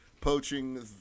poaching